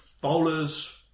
bowlers